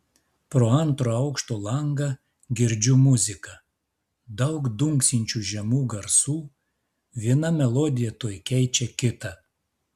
pro antro aukšto langą girdžiu muziką daug dunksinčių žemų garsų viena melodija tuoj keičia kitą